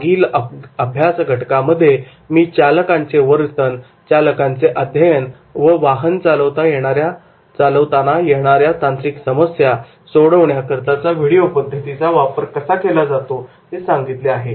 मागील अभ्यास घटकामध्ये मी चालकांचे वर्तन चालकांचे अध्ययन व वाहन चालवताना येणाऱ्या तांत्रिक समस्या सोडविण्याकरिता व्हिडिओ पद्धतीचा कसा वापर केला जातो हे सांगितले आहे